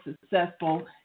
successful